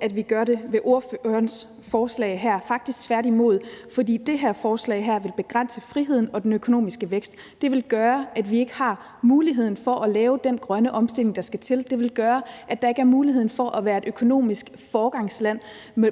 at vi gør det med ordførerens forslag her, faktisk tværtimod. For det her forslag vil begrænse friheden og den økonomiske vækst. Det vil gøre, at vi ikke har muligheden for at lave den grønne omstilling, der skal til. Det vil gøre, at der ikke er mulighed for at være et økonomisk foregangsland